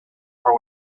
are